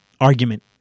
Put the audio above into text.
argument